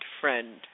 friend